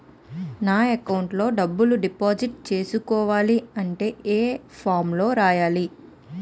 నా అకౌంట్ లో డబ్బులు డిపాజిట్ చేసుకోవాలంటే ఏ ఫామ్ లో రాయాలి?